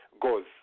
goes